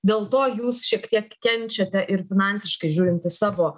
dėl to jūs šiek tiek kenčiate ir finansiškai žiūrint į savo